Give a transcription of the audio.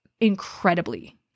incredibly